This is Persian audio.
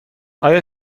آیا